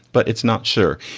but it's not sure.